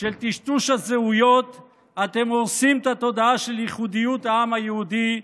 של טשטוש הזהויות אתם הורסים את התודעה של ייחודיות העם היהודי,